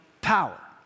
power